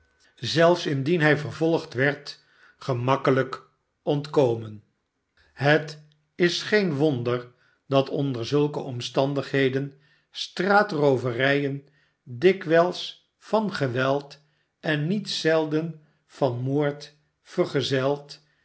zelfs indien hij vervolgd werd gemakkelijk ontkomen het is geen wonder dat onder zulke omstandigheden straatroovenjen dikwijls van geweld en niet zelden van moord vergezeld